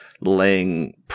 laying